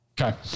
Okay